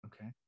okay